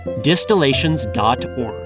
Distillations.org